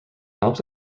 helps